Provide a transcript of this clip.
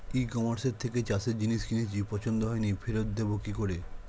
ই কমার্সের থেকে চাষের জিনিস কিনেছি পছন্দ হয়নি ফেরত দেব কী করে?